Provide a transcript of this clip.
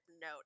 note